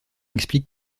explique